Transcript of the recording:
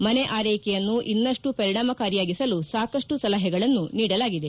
ಮನೆ ಆರ್ೈಕೆಯನ್ನು ಇನ್ನಷ್ಟು ಪರಿಣಾಮಕಾರಿಯಾಗಿಸಲು ಸಾಕಷ್ಟು ಸಲಹೆಗಳನ್ನು ನೀಡಲಾಗಿದೆ